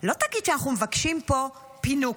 לא תגיד שאנחנו מבקשים פה פינוק,